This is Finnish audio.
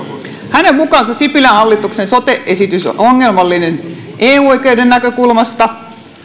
hänen mukaansa sipilän hallituksen sote esitys on ongelmallinen eu oikeuden näkökulmasta